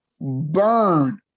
burn